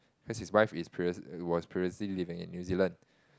cause his wife is previous was previously living in New Zealand